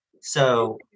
So-